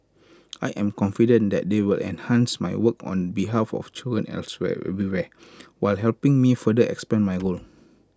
I am confident that they will enhance my work on behalf of children elsewhere everywhere while helping me further expand my role